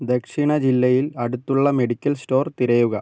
ദക്ഷിണ ജില്ലയിൽ അടുത്തുള്ള മെഡിക്കൽ സ്റ്റോർ തിരയുക